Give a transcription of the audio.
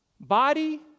Body